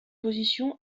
position